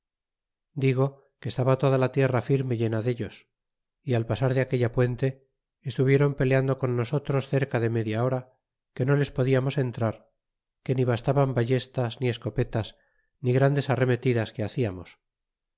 digo que estaba toda la tierra firme llena dellos y al pasar de aquella puente estuvieron peleando con nosotros cerca de media hora que no les podiamos entrar que ni bastaban ballestas ni escopetas ni grandes arremetidas que haciamos